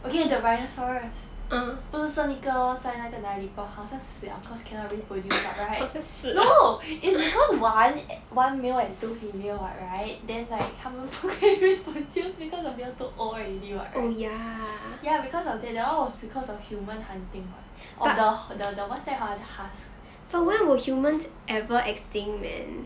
okay the rhinoceros 不是剩一个 lor 在那个哪里好像死 liao cause cannot reproduce [what] right no it's because one one male and two female [what] right then like 他们不可以 reproduce because of they all too old already [what] ya because of that that one was because of human hunting [what] of the the the what's that ah the husk